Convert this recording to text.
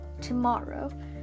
tomorrow